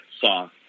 saw